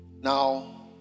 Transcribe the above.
Now